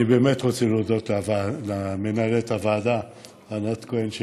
אני באמת רוצה להודות למנהלת הוועדה ענת כהן,